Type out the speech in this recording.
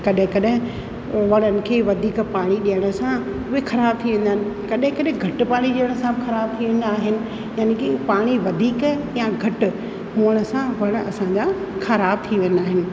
कॾहिं कॾहिं वणनि खे वधीक पाणी ॾियण सां उहे ख़राब थी वेंदा आहिनि कॾहिं कॾहिं घटि पाणी ॾियण सां बि ख़राब थी वेंदा आहिनि यानि की पाणी वधीक या घटि हुअण सां वण असांजा ख़राब थी वेंदा आहिनि